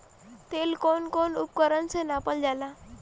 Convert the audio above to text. तेल कउन कउन उपकरण से नापल जाला?